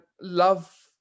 love